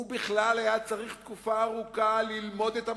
הוא בכלל היה צריך תקופה ארוכה ללמוד את המצב.